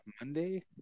Monday